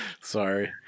Sorry